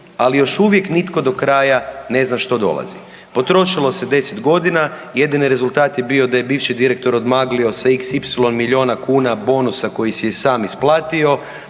ali još uvijek nitko do kraja ne zna što dolazi. Potrošilo se 10 godina, jedini rezultat je bio da je bivši direktor odmaglio sa xy kuna bonusa koji si je sam isplatio,